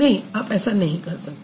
नहीं आप ऐसा नहीं कर सकते